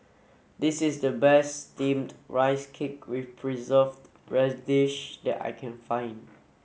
this is the best steamed rice cake with preserved radish that I can find